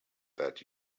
that